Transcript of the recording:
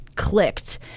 clicked